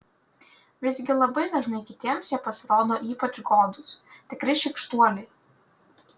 visgi labai dažnai kitiems jie pasirodo ypač godūs tikri šykštuoliai